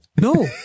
No